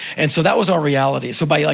and so that was our reality. so by, like,